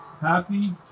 Happy